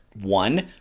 one